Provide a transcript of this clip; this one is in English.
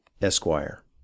Esquire